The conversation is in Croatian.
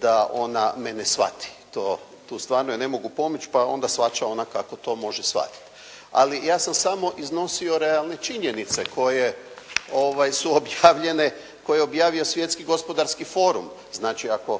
da ona mene shvati. Tu stvarno ja ne mogu pomoći pa onda shvaća ona kako to može shvatit. Ali ja sam samo iznosio realne činjenice koje su objavljene, koje je objavio Svjetski gospodarski forum. Znači ako